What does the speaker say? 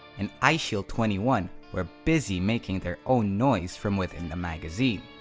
and eyeshield twenty one were busy making their own noise from within the magazine.